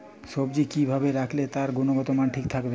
সবজি কি ভাবে রাখলে তার গুনগতমান ঠিক থাকবে?